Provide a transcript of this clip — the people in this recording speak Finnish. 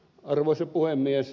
arvoisa puhemies